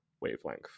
wavelength